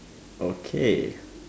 okay